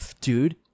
Dude